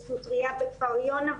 בית סוטריה בכפר יונה,